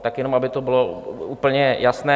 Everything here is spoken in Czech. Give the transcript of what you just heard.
Tak jenom aby to bylo úplně jasné.